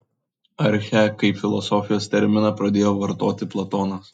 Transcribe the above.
archę kaip filosofijos terminą pradėjo vartoti platonas